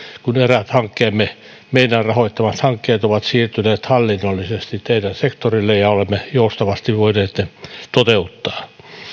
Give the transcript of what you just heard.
kun eräät hankkeemme meidän rahoittamamme hankkeet ovat siirtyneet hallinnollisesti teidän sektorillenne ja olemme joustavasti voineet ne toteuttaa